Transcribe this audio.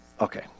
Okay